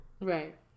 Right